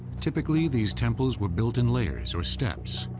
typically, these temples were built in layers, or steps,